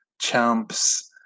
Champs